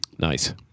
nice